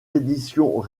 éditions